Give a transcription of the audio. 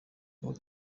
wowe